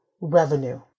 revenue